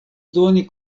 doni